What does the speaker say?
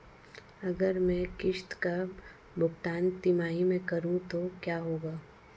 अगर मैं किश्त का भुगतान तिमाही में करूं तो क्या होगा?